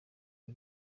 uru